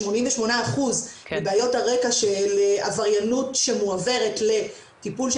ש-88% מבעיות הרקע של עבריינות שמועברת לטיפול של